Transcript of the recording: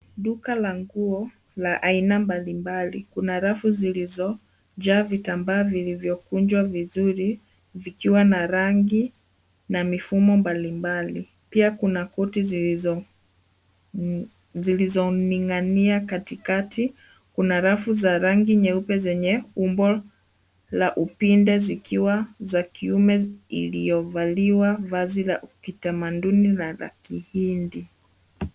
Duka la nguo la aina mbalimbali. Kuna rafu zilizojaa vitamba vilivyokunjwa vizuri vikiwa na rangi na mifumo mbalimbali pia kuna koti zilizoning'inia katikati. Kuna rafu zenye umbo la upinde zikiwa za kiume iliyovaliwa vazi la kitamaduni na la kihindi.